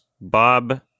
Bob